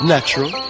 Natural